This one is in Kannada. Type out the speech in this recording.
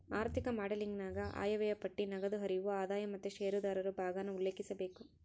ಆಋಥಿಕ ಮಾಡೆಲಿಂಗನಾಗ ಆಯವ್ಯಯ ಪಟ್ಟಿ, ನಗದು ಹರಿವು, ಆದಾಯ ಮತ್ತೆ ಷೇರುದಾರರು ಭಾಗಾನ ಉಲ್ಲೇಖಿಸಬೇಕು